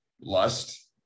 lust